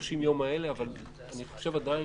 ל-30 יום האלה, ואני חושב עדיין